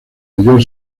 mayor